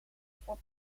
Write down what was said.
voor